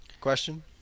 Question